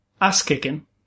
ass-kicking